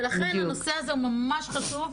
ולכן, הנושא הזה הוא ממש חשוב.